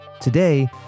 Today